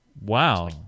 Wow